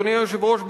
אדוני היושב-ראש,